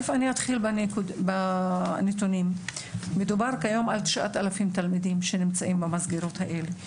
אתחיל בנתונים: מדובר כיום על 9,000 תלמידים שנמצאים במסגרות האלה.